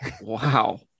Wow